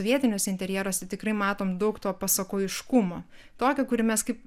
vietiniuose interjeruose tikrai matom daug to pasakojiškumo tokio kurį mes kaip